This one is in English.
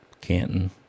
canton